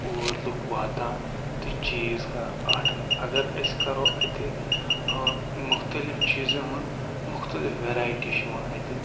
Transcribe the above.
اور لوٗکھ واتان تہٕ چیٖز کَران آرڈر اگر أسۍ کرو اَتہِ ٲں مختلف چیٖزَن ہُنٛد مختلف ویرایٹی چھِ یِوان اَتہِ